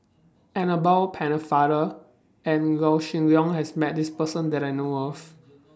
Annabel Pennefather and Yaw Shin Leong has Met This Person that I know of